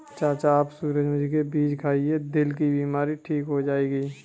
चाचा आप सूरजमुखी के बीज खाइए, दिल की बीमारी ठीक हो जाएगी